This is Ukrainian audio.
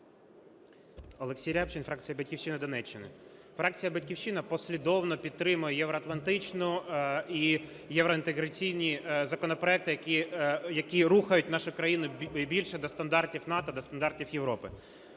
Олексій Рябчин, фракція "Батьківщина", Донеччина. Фракція "Батьківщина" послідовно підтримує євроатлантичну і євроінтеграційні законопроекти, які рухають нашу країну більше до стандартів НАТО, до стандартів Європи.